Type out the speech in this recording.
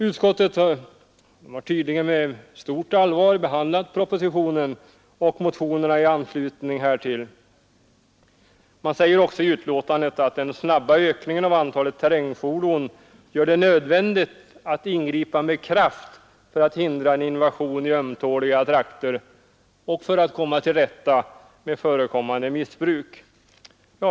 Utskottet har tydligen med stort allvar behandlat propositionen och motionerna i anslutning härtill. Man säger också i betänkandet att den snabba utvecklingen av antalet terrängfordon gör det nödvändigt att ingripa med kraft för att hindra en invasion i ömtåliga trakter och för att komma till rätta med förekommande missbruk.